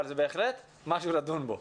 אבל זה בהחלט משהו לדון בו,